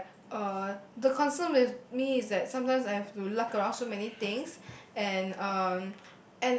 like uh the concern with me is that sometimes I have to lug around so many things and um